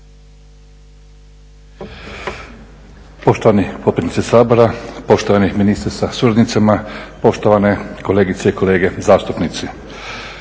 Poštovani potpredsjedniče Sabora, poštovani ministre sa suradnicama, poštovane kolegice i kolege zastupnici.